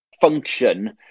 function